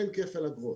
אין כפל אגרות.